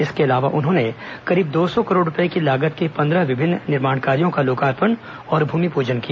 इसके अलावा उन्होंने करीब दो सौ करोड़ रूपये की लागत के पंद्रह विभिन्न निर्माण कार्यो का लोकार्पण और भूमिपूजन किया